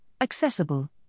accessible